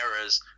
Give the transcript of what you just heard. errors